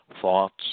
thoughts